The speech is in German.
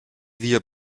wir